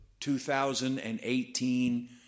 2018